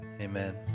Amen